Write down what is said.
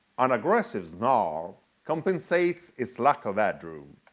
an aggressive snarl compensates its lack of headroom.